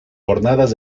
jornadas